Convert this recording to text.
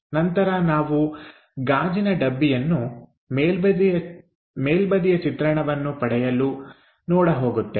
ನಂತರ ನಾವು ಗಾಜಿನ ಡಬ್ಬಿಯನ್ನು ಮೇಲ್ಬದಿಯ ಚಿತ್ರಣವನ್ನು ಪಡೆಯುವುದಕ್ಕಾಗಿ ನೋಡಲು ಹೋಗುತ್ತೇವೆ